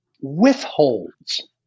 withholds